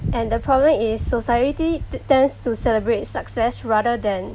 and the problem is society te~ tends to celebrate success rather than